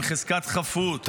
עם חזקת חפות,